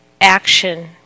action